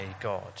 God